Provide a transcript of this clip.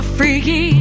freaky